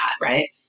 right